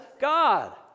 God